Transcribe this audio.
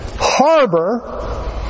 harbor